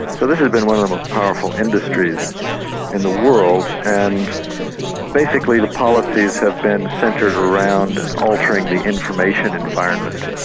so this has been one of the most powerful industries in the world and basically the policies have been centred around altering the information environment.